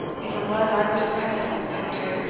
if it was, i respect the home secretary!